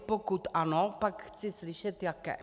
Pokud ano, pak chci slyšet jaké.